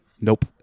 Nope